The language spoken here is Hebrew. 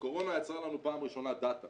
הקורונה יצרה לנו בפעם הראשונה דאטה